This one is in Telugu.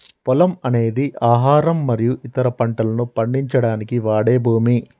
పొలము అనేది ఆహారం మరియు ఇతర పంటలను పండించడానికి వాడే భూమి